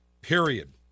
period